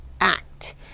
act